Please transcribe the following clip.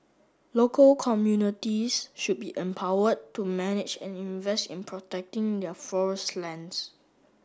local communities should be empowered to manage and invest in protecting their forest lands